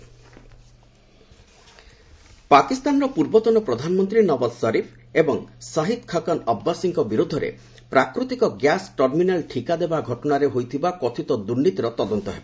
ପାକ୍ ସରିଫ୍ ପାକିସ୍ତାନର ପୂର୍ବତନ ପ୍ରଧାନମନ୍ତ୍ରୀ ନଓ୍ବାଜ୍ ସରିଫ୍ ଏବଂ ସହିଦ୍ ଖକନ୍ ଅବ୍ବାସୀଙ୍କ ବିରୋଧରେ ପ୍ରାକୃତିକ ଗ୍ୟାସ୍ ଟର୍ମିନାଲ୍ ଠିକା ଦେବା ଘଟଣାରେ ହୋଇଥିବା କଥିତ ଦୂର୍ନୀତିର ତଦନ୍ତ ହେବ